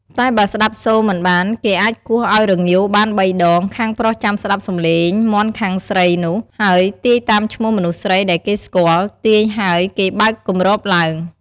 តែបើស្តាប់សូរមិនបានគេអាចគោះឱ្យរងាវបានបីដង ខាងប្រុសចាំស្តាប់សំឡេងមាន់ខាងស្រីនោះ ហើយទាយតាមឈ្មោះមនុស្សស្រីដែលគេស្គាល់ ទាយហើយគេបើកគម្របឡើង ។